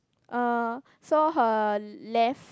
uh so her left